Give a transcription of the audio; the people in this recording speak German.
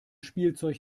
spielzeug